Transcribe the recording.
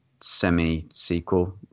semi-sequel